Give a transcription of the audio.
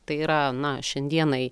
tai yra na šiandienai